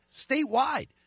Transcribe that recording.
statewide